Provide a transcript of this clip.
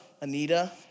Anita